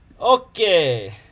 okay